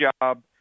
job